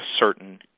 certain